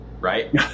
Right